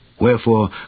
Wherefore